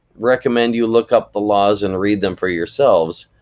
recommend you look up the laws and read them for yourselves,